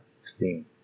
steam